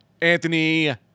Anthony